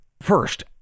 First